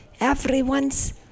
Everyone's